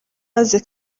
maze